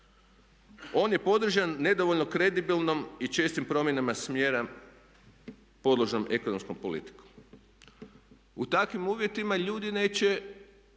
On je podržan nedovoljno kredibilnom i čestim promjenama smjera podložan ekonomskom politikom. U takvim uvjetima ljudi neće